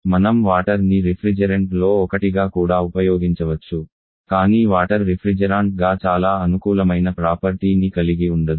మనం వాటర్ ని రిఫ్రిజెరెంట్లో ఒకటిగా కూడా ఉపయోగించవచ్చు కానీ వాటర్ రిఫ్రిజెరెంట్ గా చాలా అనుకూలమైన ప్రాపర్టీ ని కలిగి ఉండదు